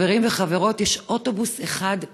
חברים וחברות, יש אוטובוס אחד ביום.